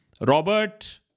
Robert